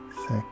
six